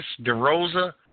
DeRosa